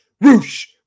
roosh